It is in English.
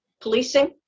policing